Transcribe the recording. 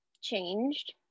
changed